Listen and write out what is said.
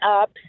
up